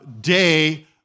day